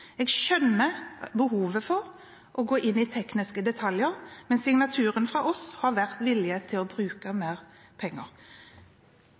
Jeg skjønner behovet for å gå inn i tekniske detaljer, men signaturen fra oss har vært vilje til å bruke mer penger.